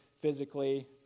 physically